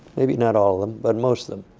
maybe not all of them, but most of them.